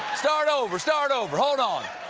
start over, start over. hold on.